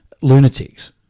lunatics